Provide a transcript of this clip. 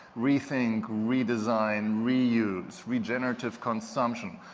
rethink, redesign, reuse, regenerative consumption,